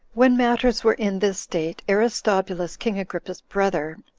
when matters were in this state, aristobulus, king agrippa's brother,